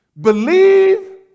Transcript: Believe